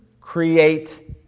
create